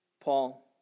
Paul